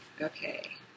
Okay